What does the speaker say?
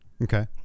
Okay